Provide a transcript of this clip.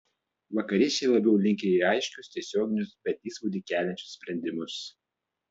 vakariečiai labiau linkę į aiškius tiesioginius bet įspūdį keliančius sprendimus